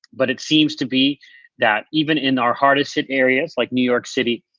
but it seems to be that even in our hardest hit areas like new york city,